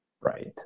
Right